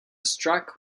struck